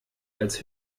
als